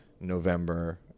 November